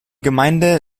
gemeinde